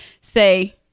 say